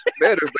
better